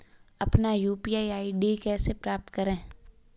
अपना UPI ID कैसे प्राप्त करें?